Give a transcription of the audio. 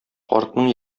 картның